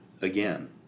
again